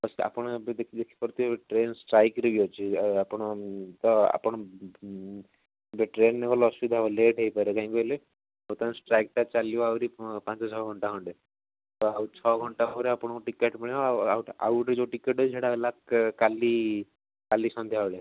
ସେ ଆପଣ ଏବେ ଦେଖିପାରୁଥିବେ ଟ୍ରେନ୍ ଷ୍ଟ୍ରାଇକ୍ରେ ବି ଅଛି ଆଉ ଆପଣ ତ ଆପଣ ଟ୍ରେନ୍ରେ ଗଲେ ଅସୁବିଧା ହେବ କାହିଁକି କହିଲେ ବର୍ତ୍ତମାନ ଷ୍ଟ୍ରାଇକ୍ଟା ଚାଲିବ ଆହୁରି ପାଞ୍ଚ ଛଅ ଘଣ୍ଟା ଖଣ୍ଡେ ତ ଆଉ ଛଅ ଘଣ୍ଟା ପରେ ଆପଣଙ୍କୁ ଟିକେଟ୍ ମିଳିବ ଆଉ ଗୋଟିଏ ଯେଉଁ ଟିକେଟ୍ ଅଛି ସେଇଟା ହେଲା କାଲି କାଲି ସନ୍ଧ୍ୟାବେଳେ